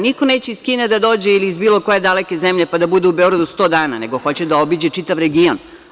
Niko neće iz Kine da dođe ili bilo koje daleke zemlje pa da budu u Beogradu 100 dana, nego hoće da obiđe čitav region.